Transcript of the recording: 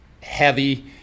heavy